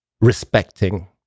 respecting